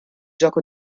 gioco